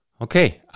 Okay